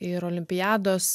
ir olimpiados